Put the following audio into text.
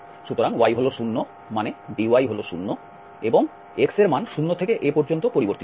সুতরাং y হল 0 মানে dy হল 0 এবং x এর মান 0 থেকে a পর্যন্ত পরিবর্তিত হয়